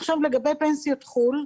לגבי פנסיה מחו"ל,